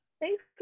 thanks